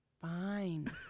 fine